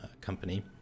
company